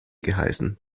geheißen